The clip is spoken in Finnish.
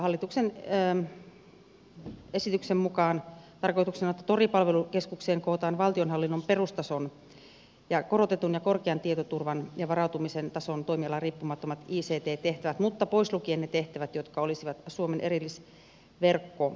hallituksen esityksen mukaan tarkoituksena on että tori palvelukeskukseen kootaan valtionhallinnon perustason ja korotetun ja korkean tietoturvan ja varautumisen tason toimialariippumattomat ict tehtävät mutta pois lukien ne tehtävät jotka olisivat suomen erillisverkot oyllä